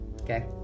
Okay